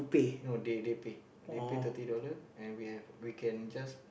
no they they paid they paid thirty dollars and we have we can just